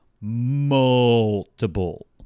multiple